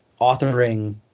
authoring